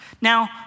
Now